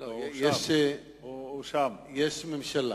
יש ממשלה.